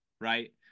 Right